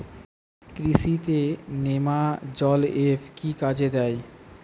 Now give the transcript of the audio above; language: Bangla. কৃষি তে নেমাজল এফ কি কাজে দেয়?